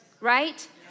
Right